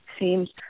seems